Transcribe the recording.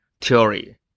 theory